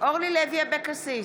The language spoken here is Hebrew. אורלי לוי אבקסיס,